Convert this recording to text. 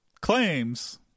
claims